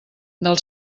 del